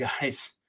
guys